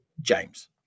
James